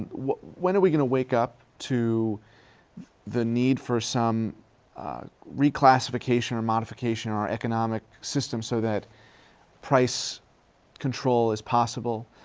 when are we going to wake up to the need for some reclassification or modification in our economic system so that price control is possible,